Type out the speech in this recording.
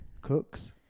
Cooks